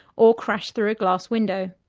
or crash through a glass window.